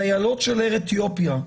הדיילות של אייר אתיופיה,